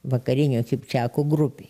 vakarinių kipčiakų grupei